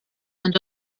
and